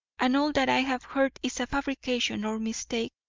and all that i have heard is a fabrication or mistake,